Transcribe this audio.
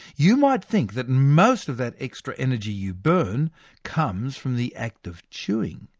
you might think that most of that extra energy you burn comes from the act of chewing.